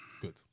Good